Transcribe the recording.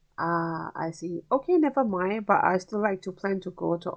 ah I see okay never mind but I'd still like to plan to go to